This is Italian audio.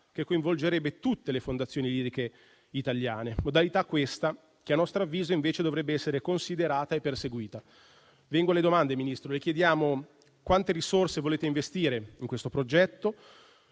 che coinvolgerebbe tutte le fondazioni liriche italiane; modalità questa che, a nostro avviso, dovrebbe essere considerata e perseguita. Vengo alle domande, signor Ministro. Le chiediamo quante risorse volete investire in questo progetto.